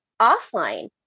offline